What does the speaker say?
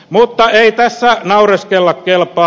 mutta ei tässä naureskella kelpaa